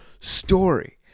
story